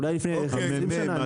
אולי לפני 20 שנה.